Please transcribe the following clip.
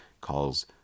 calls